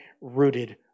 rooted